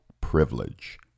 privilege